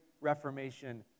reformation